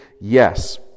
Yes